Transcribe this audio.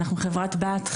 אנחנו חברת בת,